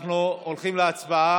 אנחנו הולכים להצבעה.